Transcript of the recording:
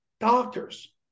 doctors